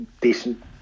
decent